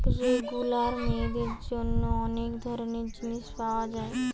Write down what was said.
regular মেয়েদের জন্যে অনেক ধরণের জিনিস পায়া যায়